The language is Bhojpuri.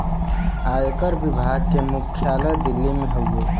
आयकर विभाग के मुख्यालय दिल्ली में हउवे